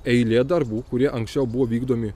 eilė darbų kurie anksčiau buvo vykdomi